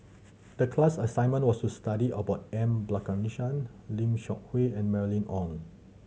the class assignment was to study about M Balakrishnan Lim Seok Hui and Mylene Ong